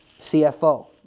CFO